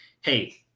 hey